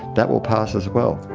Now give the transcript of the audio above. that will pass as well.